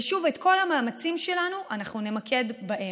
ושוב, את כל המאמצים שלנו אנחנו נמקד בהם.